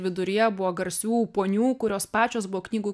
viduryje buvo garsių ponių kurios pačios buvo knygų